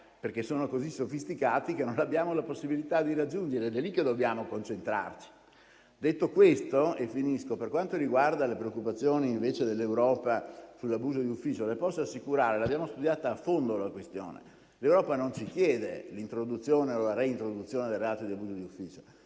perché sono così sofisticati che non abbiamo la possibilità di raggiungerli. È lì che dobbiamo concentrarci. Detto questo, per quanto riguarda invece le preoccupazioni dell'Europa sull'abuso d'ufficio, le posso assicurare che abbiamo studiato a fondo la questione. L'Europa non ci chiede l'introduzione o la reintroduzione del reato di abuso d'ufficio;